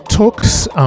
talks